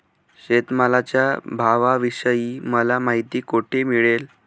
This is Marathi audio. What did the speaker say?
शेतमालाच्या भावाविषयी मला माहिती कोठे मिळेल?